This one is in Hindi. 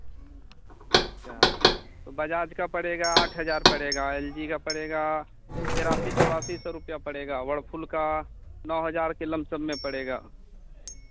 अच्छा तो बजाज का पड़ेगा आठ हजार पड़ेगा एल जी का पड़ेगा तिरासी चौड़ासी सौ रुपैया पड़ेगा आ वर्लपुल का नौ हजार के लमसम में पड़ेगा